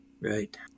Right